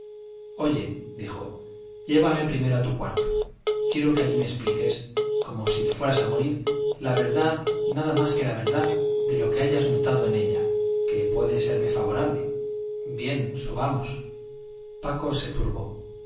deseo oye dijo llévame primero a tu cuarto quiero que allí me expliques como si te fueras a morir la verdad nada más que la verdad de lo que hayas notado en ella que puede serme favorable bien subamos paco se turbó